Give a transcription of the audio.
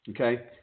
Okay